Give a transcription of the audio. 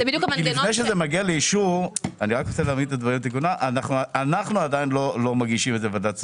לפני שזה מגיע לאישור אנחנו עדיין לא מגישים את זה לוועדת הכספים.